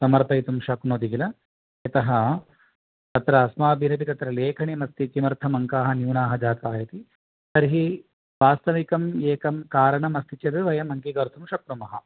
समर्पयितुं शक्नोति किल यतः तत्र अस्माभिरपि तत्र लेखनीयमस्ति किमर्थम् अङ्काः न्यूनाः जाताः इति तर्हि वास्तविकम् एकं कारणमस्ति चेद् वयमङ्गीकर्तुं शक्नुमः